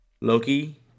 Loki